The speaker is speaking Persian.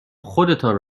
خودتان